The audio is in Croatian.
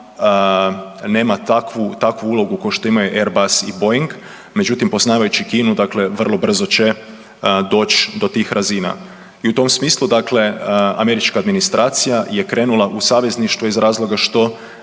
nema takvu ulogu kao što ima Airbus i Boeing, međutim poznavajući Kinu vrlo brzo će doć do tih razina. I u tom smislu američka administracija je krenula u savezništvo iz razloga što